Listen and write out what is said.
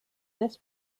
this